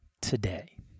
today